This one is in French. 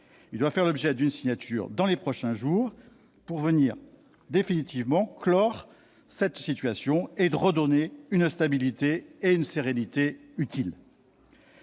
Il doit faire l'objet d'une signature dans les prochains jours, pour venir clore définitivement cette situation, en redonnant à chacun une stabilité et une sérénité utiles.